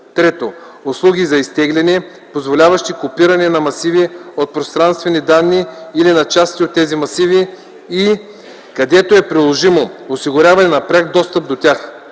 3. услуги за изтегляне, позволяващи копиране на масиви от пространствени данни или на части от тези масиви, и, където е приложимо, осигуряване на пряк достъп до тях;